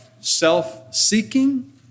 self-seeking